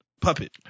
puppet